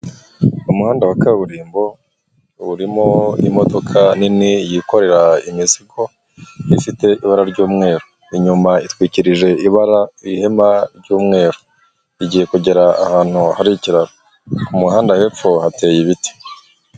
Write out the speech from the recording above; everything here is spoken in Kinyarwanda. Umuhanda wa kaburimbo urimo imodoka nini yikorera imizigo, ifite ibara ry'umweru. Inyuma itwikirije ibara, ihema ry'umweru. Igiye kugera ahantu hari ikiraro. Ku muhanda hepfo, hateye ibiti.